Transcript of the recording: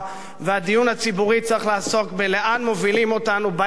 והדיון הציבורי צריך לעסוק בלאן מובילים אותנו בעת הזאת,